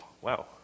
wow